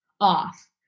off